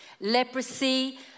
Leprosy